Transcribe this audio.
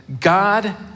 God